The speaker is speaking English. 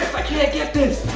i can't get this!